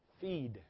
feed